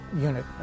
unit